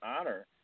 honor